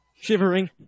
Shivering